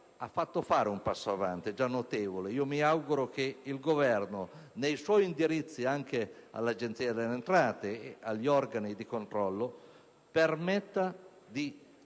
ha fatto fare un passo avanti già notevole. Mi auguro che il Governo, nei suoi indirizzi anche all'Agenzia delle entrate e agli organi di controllo, permetta di